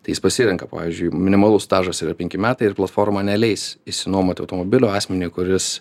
tai jis pasirenka pavyzdžiui minimalus stažas yra penki metai ir platforma neleis išsinuomoti automobilio asmeniui kuris